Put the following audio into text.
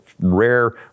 Rare